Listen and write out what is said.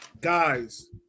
Guys